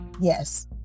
yes